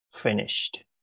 finished